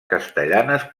castellanes